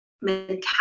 mentality